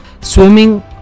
Swimming